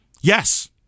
Yes